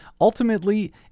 ultimately